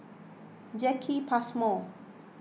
Jacki Passmore